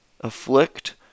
afflict